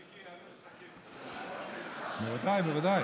מיקי יעלה לסכם, בוודאי, בוודאי.